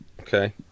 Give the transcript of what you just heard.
Okay